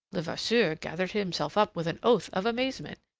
levasseur gathered himself up with an oath of amazement.